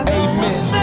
amen